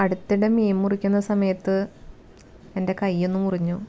അടുത്തിടെ മീൻ മുറിക്കുന്ന സമയത്ത് എൻ്റെ കൈ ഒന്നു മുറിഞ്ഞു